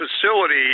facility